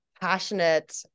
passionate